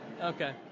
Okay